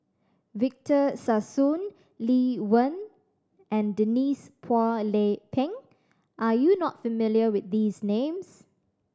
Victor Sassoon Lee Wen and Denise Phua Lay Peng are you not familiar with these names